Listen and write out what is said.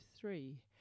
three